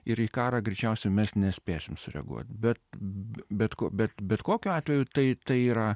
ir į karą greičiausiai mes nespėsim sureaguot bet bet ko bet bet kokiu atveju tai tai yra